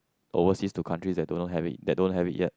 overseas to countries that do not have it that don't have it yet